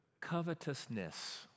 covetousness